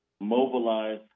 mobilize